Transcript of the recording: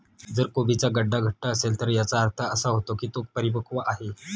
जर कोबीचा गड्डा घट्ट असेल तर याचा अर्थ असा होतो की तो परिपक्व आहे